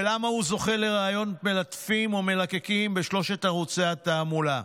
ולמה הוא זוכה לראיונות מלטפים או מלקקים בשלושת ערוצי התעמולה?